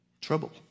Trouble